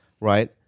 right